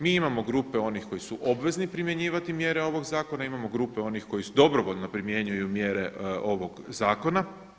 Mi imamo grupe onih koji su obvezni primjenjivati mjere ovog zakona, imamo grupe onih koji dobrovoljno primjenjuju mjere ovog zakona.